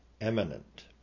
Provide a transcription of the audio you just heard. Eminent